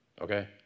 Okay